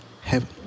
heaven